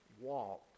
walk